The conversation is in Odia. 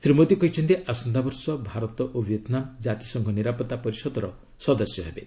ଶ୍ରୀ ମୋଦୀ କହିଛନ୍ତି ଆସନ୍ତାବର୍ଷ ଭାରତ ଓ ଭିଏତ୍ନାମ ଜାତିସଂଘ ନିରାପତ୍ତା ପରିଷଦର ସଦସ୍ୟ ହେବେ